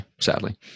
sadly